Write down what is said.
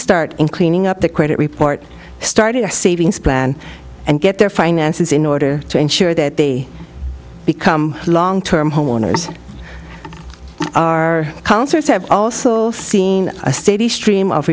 start in cleaning up the credit report started a savings plan and get their finances in order to ensure that they become long term homeowners our concerts have also seen a steady stream of